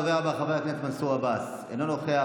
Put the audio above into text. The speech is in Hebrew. הדובר הבא, חבר הכנסת מנסור עבאס, אינו נוכח.